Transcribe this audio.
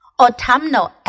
autumnal